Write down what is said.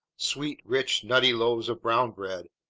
sweet, rich, nutty loaves of brown bread,